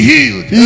healed